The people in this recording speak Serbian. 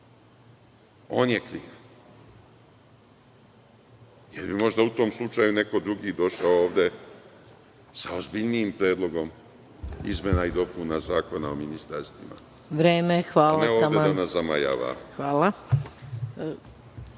On je kriv. Jer bi možda u tom slučaju neko drugi došao ovde sa ozbiljnijim predlogom izmena i dopuna Zakona o ministarstvima, a ne ovde da